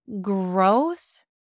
growth